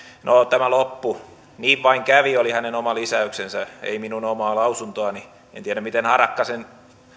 no tämä loppu niin vain kävi oli hänen oma lisäyksensä ei minun omaa lausuntoani en tiedä miten harakka sen